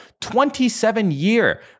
27-year